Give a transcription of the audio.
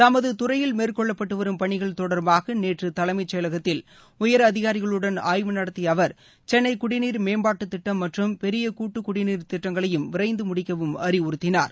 தமது துறையில் மேற்கொள்ளப்பட்டுவரும் பணிகள் தொடா்பாக நேற்று தலைமை செயலகத்தில் உயர் அதிகாரிகளுடன் ஆய்வு நடத்திய அவர் சென்னை குடிநீர் மேம்பாட்டுத்திட்டம் மற்றும் பெரிய கூட்டு குடிநீர் திட்டங்களையும் விரைந்து முடிக்கவும் அறிவுறுத்தினார்